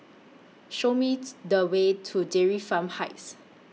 Show Me The Way to Dairy Farm Heights